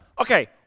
okay